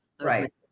Right